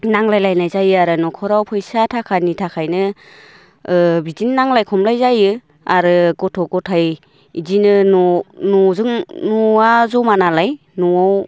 नांज्लायलायनाय जायो आरो न'खराव फैसा थाखानि थाखायनो बिदिनो नांज्लाय खमलाय जायो आरो गथ' गथाइ बिदिनो न' न'जों न'आ जमा नालाय न'आव